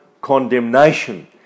condemnation